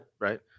Right